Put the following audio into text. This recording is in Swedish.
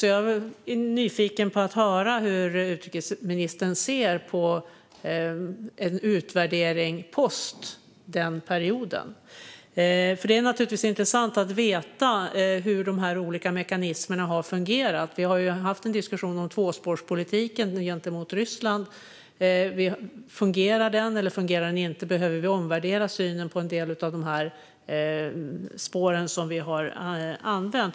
Jag är nyfiken på att höra hur utrikesministern ser på en utvärdering post den perioden. Det är naturligtvis intressant att veta hur dessa olika mekanismer har fungerat. Vi har ju haft en diskussion om tvåspårspolitiken gentemot Ryssland. Fungerar den eller fungerar den inte? Behöver vi omvärdera synen på en del av de spår vi har använt?